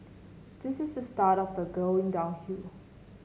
this is a start of the going downhill